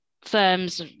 firms